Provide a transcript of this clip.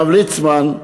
הרב ליצמן,